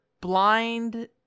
blind